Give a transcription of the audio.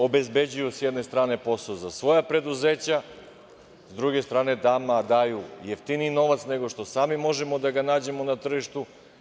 Oni obezbeđuju, s jedne strane, posao za svoja preduzeća, a sa druge strane nama daju jeftiniji novac nego što sami možemo da ga nađemo na tržištu.